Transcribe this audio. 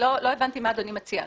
הבנתי מה אדוני מציע?